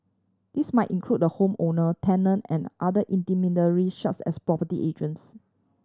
this might include the home owner tenant and other intermediary such as property agents